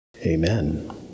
Amen